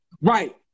Right